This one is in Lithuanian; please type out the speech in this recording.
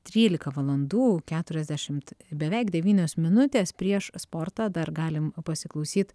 trylika valandų keturiasdešimt beveik devynios minutės prieš sportą dar galim pasiklausyt